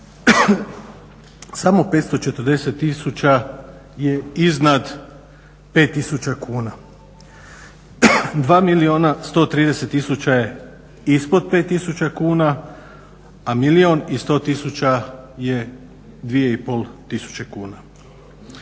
samo 540 000 je iznad 5000 kuna. 2 130 000 je ispod 5000 kuna, a 1 100 000 je 2500 kuna.